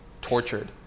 tortured